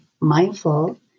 mindful